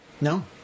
No